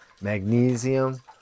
Magnesium